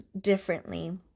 differently